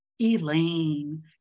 Elaine